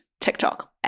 TikTok